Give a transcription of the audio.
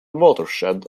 watershed